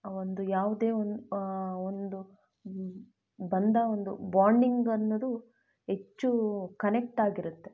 ಒಂದು ಯಾವುದೇ ಒಂದು ಒಂದು ಬಂಧ ಒಂದು ಬಾಂಡಿಂಗ್ ಅನ್ನೋದು ಹೆಚ್ಚು ಕನೆಕ್ಟಾಗಿರುತ್ತೆ